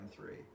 M3